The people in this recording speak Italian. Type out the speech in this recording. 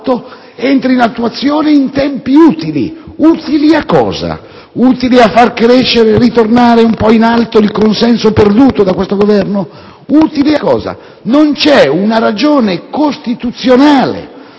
entri in attuazione in tempi utili. Utili a cosa? Utili a far crescere, a far tornare un po' in alto il consenso perduto da questo Governo? Utili a che cosa? Non c'è una ragione costituzionale